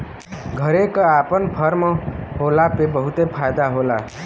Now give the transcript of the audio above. घरे क आपन फर्म होला पे बहुते फायदा होला